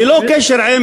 ללא קשר עם